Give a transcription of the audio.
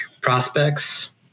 prospects